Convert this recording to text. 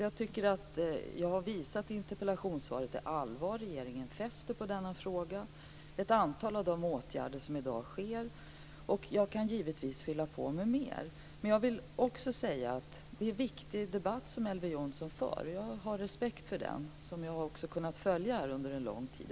Jag tycker att jag i interpellationssvaret har visat det allvar som regeringen fäster vid denna fråga och på ett antal av de åtgärder som i dag vidtas, och jag kan givetvis fylla på med mer. Jag vill också säga att det är en viktig debatt som Elver Jonsson för och som jag har kunnat följa under en lång tid. Jag har respekt för den.